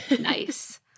Nice